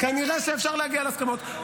כנראה שאפשר להגיע להסכמות,